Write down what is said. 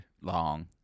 long